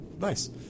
Nice